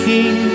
King